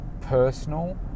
personal